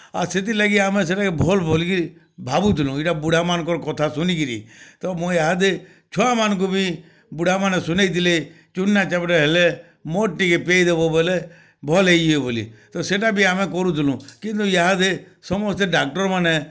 ଆଉ ସେଥିର୍ ଲାଗି୍ ଆମେ ସେଇଟା କେ ଭଲ୍ ବୋଲିକିରି ଭାବୁ ଥିନୁ ଏଇଟା ବୁଢ଼ା ମାନ୍ଙ୍କର କଥା ଶୁଣିକିରି ତ ମୁଁ ୟାହାଦେ ଛୁଆ ମାନଙ୍କୁ ବି ବୁଢ଼ା ମାନେ ଶୁନେଇଥିଲେ ହେଲେ ମୋର୍ ଟିକେ ପେଇ ଦେବ ବଲେ ଭଲ୍ ହେଇଯିବ ବୋଲି ତ ସେଇଟା ବି ଆମେ କରୁଥିଲୁ କିନ୍ତୁ ୟାହାଦେ ସମସ୍ତେ ଡାକ୍ଟର୍ ମାନେ